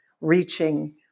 reaching